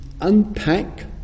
unpack